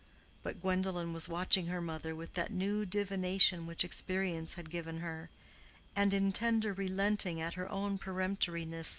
but gwendolen was watching her mother with that new divination which experience had given her and in tender relenting at her own peremptoriness, said,